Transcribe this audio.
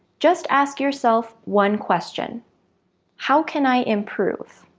just ask yourself one question how can i improve?